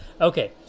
Okay